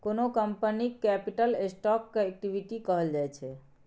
कोनो कंपनीक capital stock केँ इक्विटी कहल जाइ छै